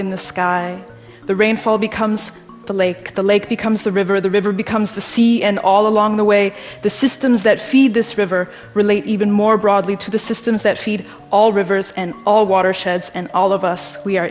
in the sky the rainfall becomes the lake the lake becomes the river the river becomes the sea and all along the way the systems that feed this river relate even more broadly to the systems that feed all rivers and all watersheds and all of us we are